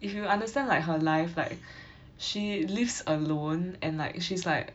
if you understand like her life like she lives alone and like she's like